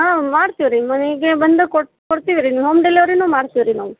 ಹಾಂ ಮಾಡ್ತೀವಿ ರೀ ಮನೆಗೇ ಬಂದು ಕೊಡ್ತೀವಿ ರೀ ಹೋಮ್ ಡೆಲಿವರೀನೂ ಮಾಡ್ತೀವಿ ರೀ ನಾವು